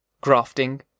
grafting